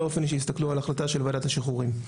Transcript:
אופן שיסתכלו על ההחלטה של ועדת השחרורים.